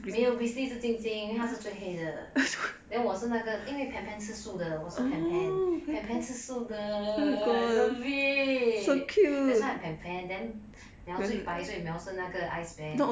没有 grizzly 是 jing jing 因为她是最黑的 then 我是那个因为 pan pan 吃素的我是 pan pan pan pan 吃素的 I love it that's why I'm pan pan then mel 最白 so mel 是那个 ice bear